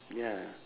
ya